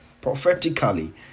prophetically